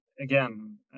Again